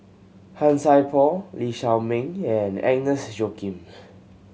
Han Sai Por Lee Shao Meng and Agnes Joaquim